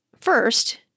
first